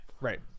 right